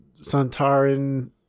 Santarin